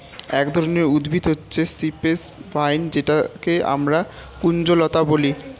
এক ধরনের উদ্ভিদ হচ্ছে সিপ্রেস ভাইন যেটাকে আমরা কুঞ্জলতা বলি